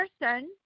person